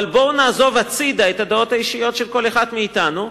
אבל בואו נעזוב הצדה את הדעות האישיות של כל אחד מאתנו,